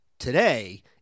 Today